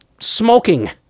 smoking